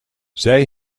zij